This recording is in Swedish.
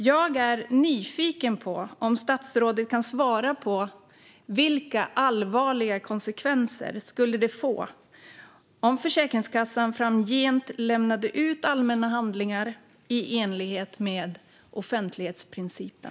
Jag är nyfiken på om statsrådet kan svara på vilka allvarliga konsekvenser det skulle få om Försäkringskassan framgent lämnade ut allmänna handlingar i enlighet med offentlighetsprincipen.